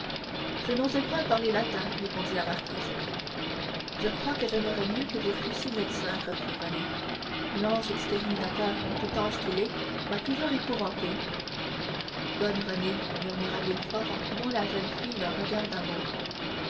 je n'osais point parler latin répondit la marquise je crois que j'aimerais mieux que vous fussiez médecin reprit renée l'ange exterminateur tout ange qu'il est m'a toujours fort épouvantée bonne renée murmura villefort en couvant la jeune fille d'un regard d'amour